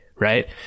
Right